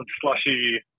slushy